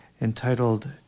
entitled